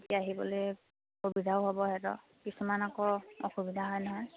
তেতিয়া আহিবলৈ সুবিধাও হ'ব সিঁহতৰ কিছুমানৰ আকৌ অসুবিধা হয় নহয়